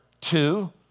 two